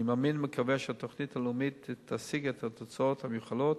אני מאמין ומקווה שהתוכנית הלאומית תשיג את התוצאות המיוחלות